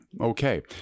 okay